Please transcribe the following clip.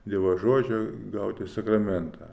dievo žodžio gauti sakramentą